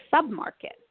sub-market